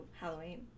Halloween